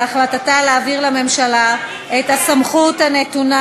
על החלטתה להעביר לממשלה את הסמכות הנתונה